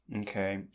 okay